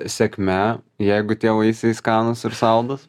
sėkme jeigu tie vaisiai skanūs ir saldūs